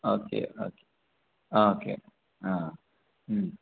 okay okay ആ okay ആ